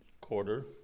quarter